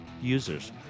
users